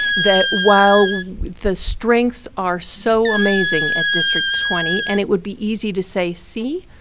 that while the strengths are so amazing at district twenty, and it would be easy to say, see,